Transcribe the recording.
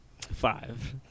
Five